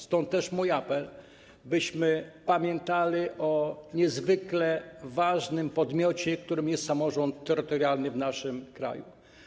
Stąd też mój apel, byśmy pamiętali o niezwykle ważnym podmiocie, którym jest samorząd terytorialny w naszym kraju.